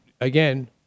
again